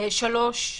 שלוש,